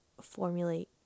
formulate